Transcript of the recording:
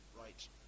right